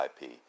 IP